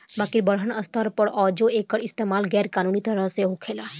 बाकिर बड़हन स्तर पर आजो एकर इस्तमाल गैर कानूनी तरह से होखेला